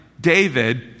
David